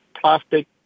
plastic